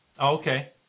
Okay